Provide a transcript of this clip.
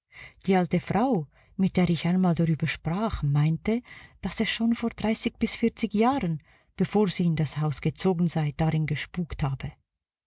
die alte frau mit der ich einmal darüber sprach meinte daß es schon vor bis jahren bevor sie in das haus gezogen sei darin gespukt habe